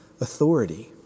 authority